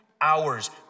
hours